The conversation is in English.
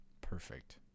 Perfect